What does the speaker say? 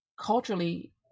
culturally